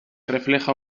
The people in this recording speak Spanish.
refleja